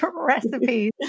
recipes